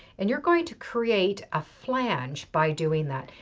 and you're going to create a flange by doing that.